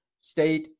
state